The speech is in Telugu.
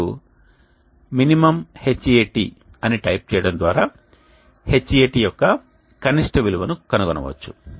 మీరు min Hat అని టైపు చేయడం ద్వారా Hat యొక్క కనిష్ట విలువను కనుగొనవచ్చు